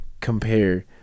compare